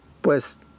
pues